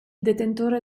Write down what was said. detentore